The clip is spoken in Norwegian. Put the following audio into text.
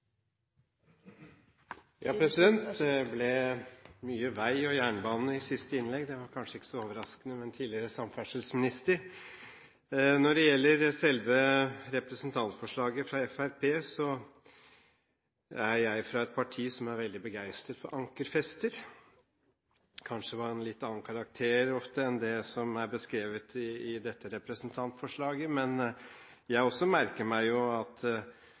Det ble mye vei og jernbane i siste innlegg – det var kanskje ikke så overraskende fra en tidligere samferdselsminister. Når det gjelder selve representantforslaget fra Fremskrittspartiet, så er jeg fra et parti som er veldig begeistret for ankerfester – kanskje ofte av en litt annen karakter enn det som er beskrevet i dette representantforslaget. Men jeg merker meg at